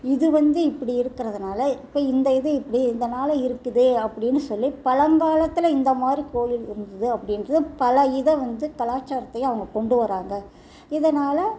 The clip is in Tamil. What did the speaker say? இது வந்து இப்படி இருக்கிறதுனால இப்போ இந்த இது இப்படி இதனால் இருக்குது அப்படின்னு சொல்லி பழங்காலத்தில் இந்தமாதிரி கோயில் இருந்துது அப்படின்றது பல இதை வந்து கலாச்சாரத்தையும் அவங்க கொண்டு வராங்க இதனால்